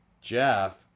Jeff